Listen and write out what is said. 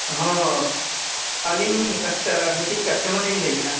ᱦᱮᱸ ᱟᱹᱞᱤᱧᱜᱮ ᱢᱤᱫᱴᱤᱱ ᱠᱟᱥᱴᱚᱢᱟᱨᱞᱤᱧ ᱞᱟᱹᱭᱮᱫᱼᱟ